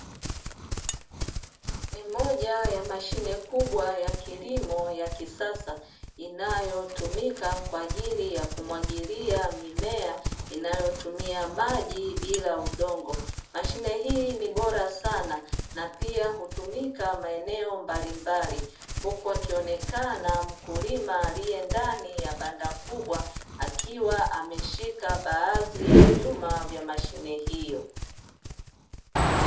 Ni moja ya mashine kubwa ya kilimo ya kisasa inayotumika kwa ajili ya kumwagilia mimea inayotumia maji bila udongo. Mahine hii ni bora sana na pia hutumika maeneo mbalimbali, huku akionekana mkulima aliye ndani ya banda kubwa akiwa ameshika baadhi ya vyuma vya mashine hiyo.